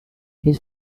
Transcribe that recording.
his